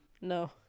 No